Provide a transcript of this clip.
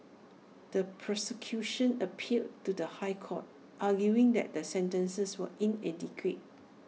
the prosecution appealed to the High Court arguing that the sentences were inadequate